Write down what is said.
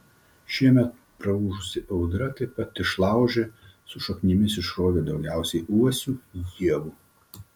šiemet praūžusi audra taip pat išlaužė su šaknimis išrovė daugiausiai uosių ievų